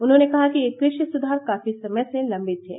उन्होंने कहा कि ये कृषि सुधार काफी समय से लवित थे